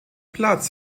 platz